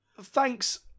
thanks